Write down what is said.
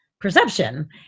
perception